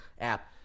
app